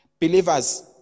Believers